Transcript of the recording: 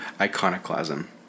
iconoclasm